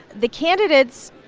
the candidates,